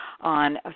on